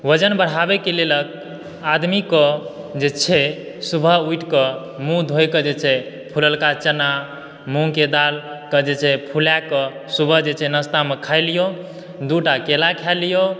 वजन बढ़ाबै के लेलक आदमी के जे छै सुबह उठि के मुँह धोए के जे छै फुललका चना मूँग के दालि के जे छै से फूलाके सुबह जे छै नास्ता मे खा लियो दूटा केला खा लियो